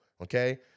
Okay